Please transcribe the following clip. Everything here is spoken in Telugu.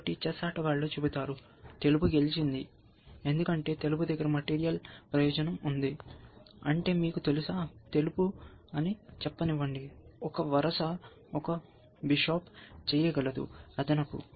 కాబట్టి చెస్ ఆటగాళ్ళు చెబుతారు తెలుపు గెలిచింది ఎందుకంటే తెలుపు మెటీరియల్ ప్రయోజనం అంటే మీకు తెలుసా తెలుపు అని చెప్పనివ్వండి ఒక వరుస ఒక బిషప్ చేయగలదు అదనపు